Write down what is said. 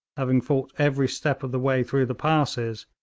having fought every step of the way through the passes,